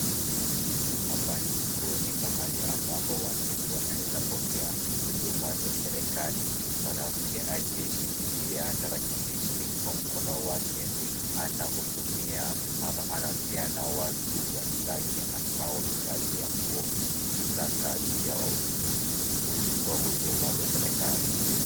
Hapa ni kituoni mahali ambapo wananchi wanaweza kupokea huduma za serikali. Mwanamke aliyeshikilia tarakilishi kwa mkono wake, anahudumia ama anaongea na watu wenzake ambao wanavalia nguo za kazi ya kutoa huduma za serikali.